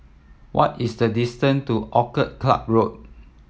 what is the distance to Orchid Club Road